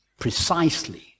precisely